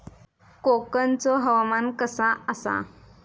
कोकनचो हवामान कसा आसा?